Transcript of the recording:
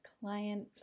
client